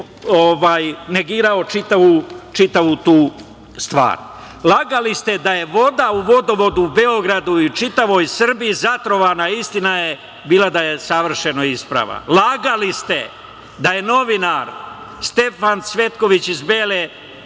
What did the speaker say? negirao čitavu tu stvar. Lagali ste da je voda u vodovodu Beogradu i čitavoj Srbiji zatrovana. Istina je bila da je savršeno ispravna. Lagali ste da je novinar Stefan Cvetković iz Bele